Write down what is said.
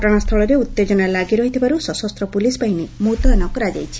ଘଟଣା ସ୍ଚଳରେ ଉତ୍ତେଜନା ଲାଗି ରହିଥିବାରୁ ସଶସ୍ତ ପୁଲିସ୍ ବାହିନୀ ମୁତୟନ କରାଯାଇଛି